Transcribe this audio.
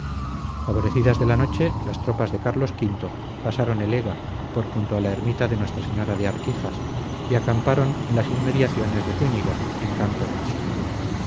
favorecidas de la noche las tropas de carlos v pasaron el ega por junto a la ermita de nuestra señora de arquijas y acamparon en las inmediaciones de zúñiga en campo raso